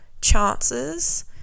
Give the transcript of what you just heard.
chances